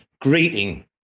Greeting